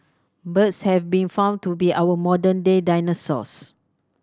birds have been found to be our modern day dinosaurs